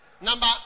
Number